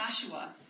Joshua